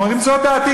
הם אומרים: זו דעתי.